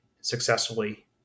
successfully